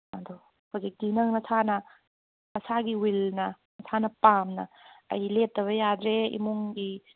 ꯑꯗꯣ ꯍꯧꯖꯤꯛꯇꯤ ꯅꯪ ꯅꯁꯥꯅ ꯅꯁꯥꯒꯤ ꯋꯤꯜꯅ ꯅꯁꯥꯅ ꯄꯥꯝꯅ ꯑꯩ ꯂꯦꯞꯇꯕ ꯌꯥꯗ꯭ꯔꯦ ꯏꯃꯨꯡꯒꯤ